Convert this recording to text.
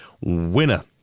winner